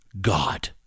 God